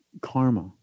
karma